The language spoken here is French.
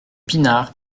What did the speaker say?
pinard